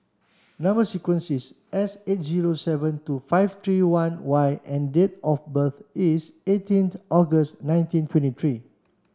number sequence is S eight zero seven two five three one Y and date of birth is eighteenth August nineteen twenty three